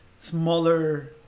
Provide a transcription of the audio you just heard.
smaller